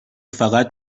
فقط